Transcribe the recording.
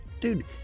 dude